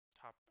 top